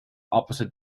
opposite